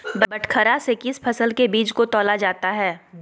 बटखरा से किस फसल के बीज को तौला जाता है?